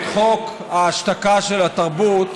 את חוק ההשתקה של התרבות,